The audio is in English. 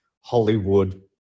Hollywood